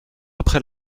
après